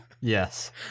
Yes